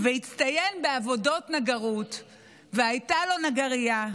הצטיין בעבודות נגרות והייתה לו נגרייה.